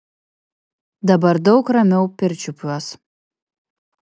dabar daug ramiau pirčiupiuos